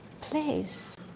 place